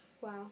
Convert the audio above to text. Wow